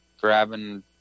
grabbing